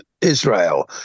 Israel